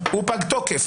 הוא פג תוקף.